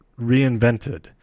reinvented